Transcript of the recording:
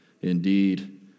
indeed